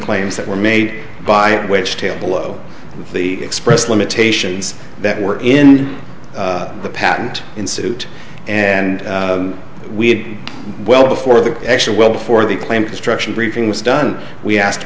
claims that were made by which tail below the express limitations that were in the patent in suit and we had well before the actual well before the claim construction briefing was done we asked